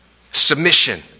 Submission